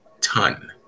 ton